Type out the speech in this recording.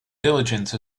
diligence